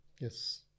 Yes